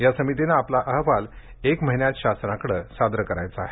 या समितीने आपला अहवाल एक महिन्यात शासनाकडं सादर करायचा आहे